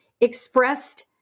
expressed